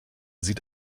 sieht